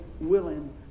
willing